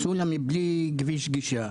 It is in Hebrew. סולם בלי כביש גישה,